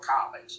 college